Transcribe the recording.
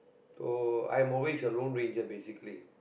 so I'm always a lone ranger basically